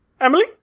Emily